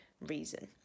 reason